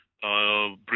British